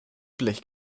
blech